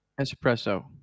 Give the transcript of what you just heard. Espresso